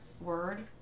Word